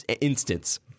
instance